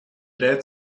dead